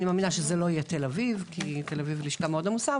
אני מאמינה שזה לא יהיה בתל אביב כי תל אביב זו לשכה מאוד עמוסה,